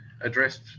addressed